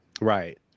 right